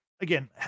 Again